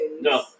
No